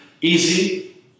easy